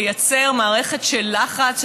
היא לייצר מערכת של לחץ,